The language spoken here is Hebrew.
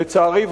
לצערי,